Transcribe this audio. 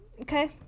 Okay